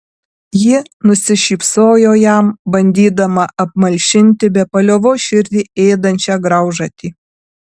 ji nusišypsojo jam bandydama apmalšinti be paliovos širdį ėdančią graužatį